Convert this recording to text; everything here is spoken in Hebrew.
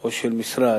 או של משרד